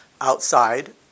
Outside